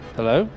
Hello